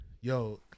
yo